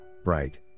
bright